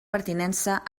pertinença